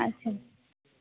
अच्छा